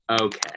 Okay